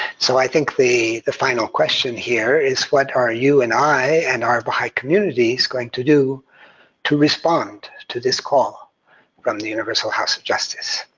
so i think the the final question here is, what are you and i, and our baha'i communities going to do to respond to this call from the universal house of justice.